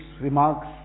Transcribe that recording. remarks